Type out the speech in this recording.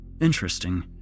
Interesting